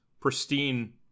pristine